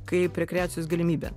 kaip rekreacijos galimybę